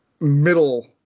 middle